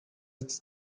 its